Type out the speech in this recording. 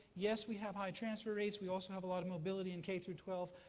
yes, we have high transfer rates. we also have a lot of mobility in k through twelve.